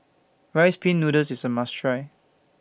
Rice Pin Noodles IS A must Try